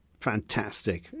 fantastic